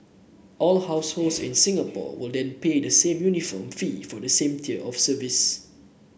all households in Singapore will then pay the same uniform fee for the same tier of service